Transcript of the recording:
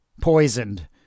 poisoned